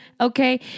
Okay